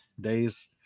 days